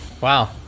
Wow